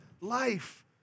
life